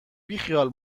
بیخیال